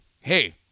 hey